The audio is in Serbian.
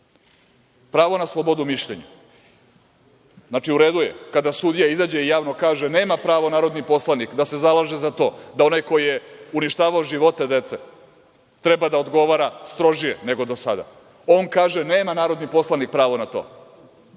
Pravo na slobodu mišljenja. Znači, u redu je kada sudija izađe i javno kaže – nema pravo narodni poslanik da se zalaže za to da onaj ko je uništavao živote dece treba da odgovara strožije nego do sada, i on kaže – nema narodni poslanik pravo na to,